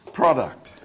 product